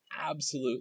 absolute